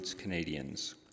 Canadians